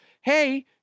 Hey